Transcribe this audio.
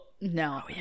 no